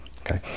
okay